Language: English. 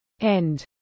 end